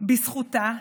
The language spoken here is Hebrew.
בזכותה,